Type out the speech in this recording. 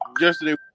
yesterday